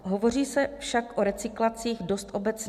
Hovoří se však o recyklacích dost obecně.